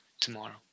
tomorrow